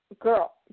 girl